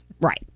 right